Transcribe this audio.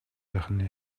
сайхны